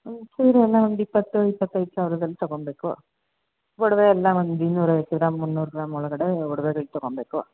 ಸೀರೆ ಎಲ್ಲ ಒಂದು ಇಪ್ಪತ್ತು ಇಪ್ಪತ್ತೈದು ಸಾವಿರದಲ್ಲಿ ತೊಗೊಳ್ಬೇಕು ಒಡವೆ ಎಲ್ಲ ಒಂದು ಇನ್ನೂರೈವತ್ತು ಗ್ರಾಮ್ ಮುನ್ನೂರು ಗ್ರಾಮ್ ಒಳಗಡೆ ಒಡ್ವೆಗಳು ತೊಗೊಳ್ಬೇಕು